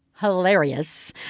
hilarious